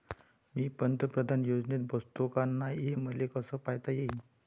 मी पंतप्रधान योजनेत बसतो का नाय, हे मले कस पायता येईन?